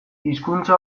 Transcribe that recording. hizkuntza